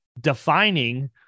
defining